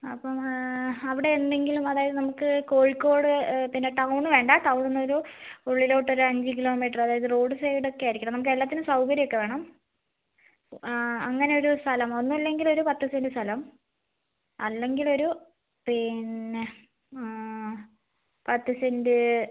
അപ്പം അവിടെ എന്തെങ്കിലും അതായത് നമുക്ക് കോഴിക്കോട് പിന്നെ ടൌൺ വേണ്ട അവിടെനിന്നൊരു ഉള്ളിലോട്ട് ഒരു അഞ്ച് കിലോമീറ്റര് അതായത് റോഡ്സൈഡ് ഒക്കെ ആയിരിക്കണം നമുക്ക് എല്ലാത്തിനും സൗകര്യം ഒക്കെ വേണം അങ്ങനെ ഒരു സ്ഥലം ഒന്നുമല്ലെങ്കില് ഒരു പത്ത് സെന്റ് സ്ഥലം അല്ലെങ്കില് ഒരു പിന്നെ പത്ത് സെന്റ്